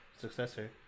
Successor